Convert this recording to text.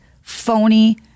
phony